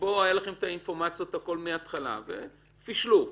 שבו הייתה לכם האינפורמציה מההתחלה ופישלו.